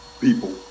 people